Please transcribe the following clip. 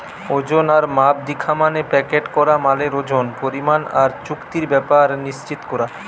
ওজন আর মাপ দিখা মানে প্যাকেট করা মালের ওজন, পরিমাণ আর চুক্তির ব্যাপার নিশ্চিত কোরা